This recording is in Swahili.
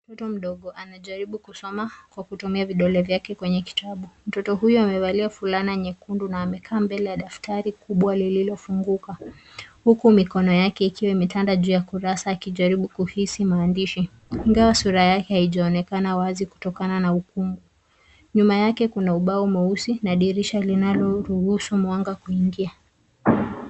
Mtoto mdogo anajaribu kusoma kwa kutumia vidole vyake kwenye kitabu. Mtoto huyu amevalia fulana nyekundu na amekaa mbele ya daftari kubwa lililofunguka, huku mikono yake ikiwa imetanda juu ya kurasa akijaribu kuhisi maandishi, ingawa sura yake haijaonekana wazi kutokana na ukumu. Nyuma yake kuna ubao mweusi na dirisha linaloruhusu mwanga kuingia.